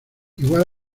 igual